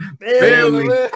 Family